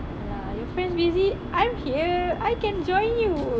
!alah! your friends busy I'm here I can join you